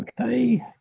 Okay